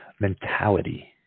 mentality